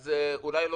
אז אני אשמח